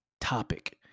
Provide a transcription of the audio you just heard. topic